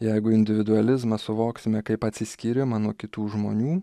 jeigu individualizmą suvoksime kaip atsiskyrimą nuo kitų žmonių